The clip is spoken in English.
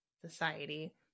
society